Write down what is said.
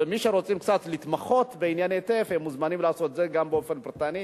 ומי שרוצים קצת להתמחות בענייני טף מוזמנים לעשות את זה גם באופן פרטני,